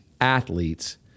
athletes